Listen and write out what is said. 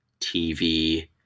tv